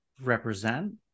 represent